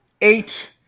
eight